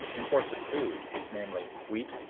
imports of food, namely, wheat,